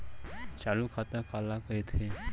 चालू खाता काला कहिथे?